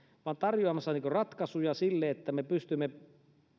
vaan tarjoamassa ratkaisuja että me pystymme